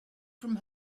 from